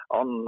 on